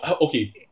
okay